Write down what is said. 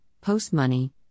post-money